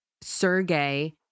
Sergey